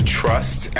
trust